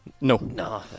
No